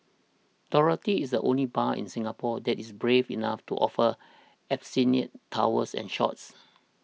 Dorothy's is the only bar in Singapore that is brave enough to offer Absinthe towers and shots